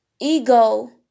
ego